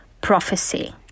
prophecy